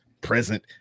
present